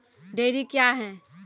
Dairy क्या हैं?